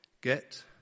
Get